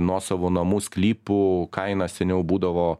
nuosavų namų sklypų kaina seniau būdavo